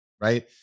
right